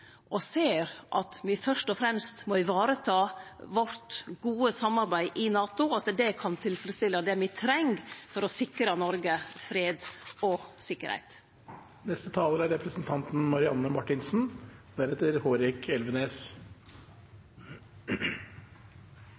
og ser at vi fyrst og fremst må vareta vårt gode samarbeid i NATO – at det kan tilfredsstille det me treng for å sikre Noreg fred og